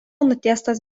nutiestas